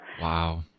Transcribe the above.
Wow